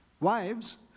Wives